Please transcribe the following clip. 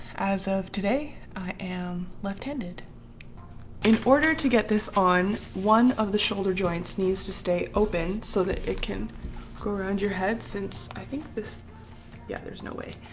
as of today, i am left-handed in order to get this on, one of the shoulder joints needs to stay open so that it can go around your head since i think this yeah, there's no way.